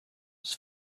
was